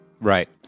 Right